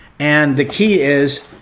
and the key is,